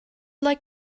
like